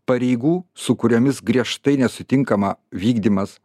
pareigų su kuriomis griežtai nesutinkama vykdymas